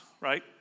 right